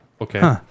Okay